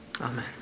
Amen